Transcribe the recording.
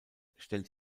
stellt